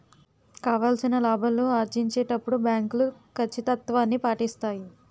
కావాల్సిన లాభాలు ఆర్జించేటప్పుడు బ్యాంకులు కచ్చితత్వాన్ని పాటిస్తాయి